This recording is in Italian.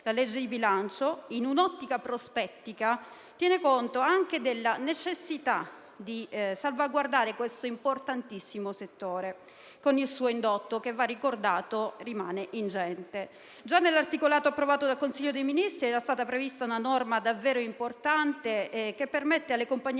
La legge di bilancio, in un'ottica prospettica, tiene conto della necessità di salvaguardare questo importantissimo settore, con il suo indotto che - va ricordato - rimane ingente. Già nell'articolato approvato dal Consiglio dei ministri era stata prevista una norma davvero importante, che permette alle compagnie